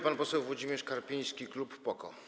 Pan poseł Włodzimierz Karpiński, klub PO-KO.